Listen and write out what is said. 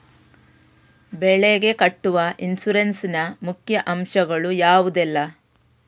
ಬೆಳೆಗೆ ಕಟ್ಟುವ ಇನ್ಸೂರೆನ್ಸ್ ನ ಮುಖ್ಯ ಅಂಶ ಗಳು ಯಾವುದೆಲ್ಲ?